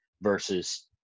versus